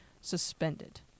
suspended